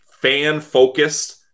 Fan-focused